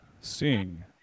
Sing